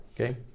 Okay